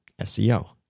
seo